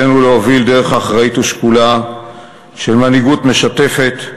עלינו להוביל דרך אחראית ושקולה של מנהיגות משתפת,